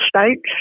States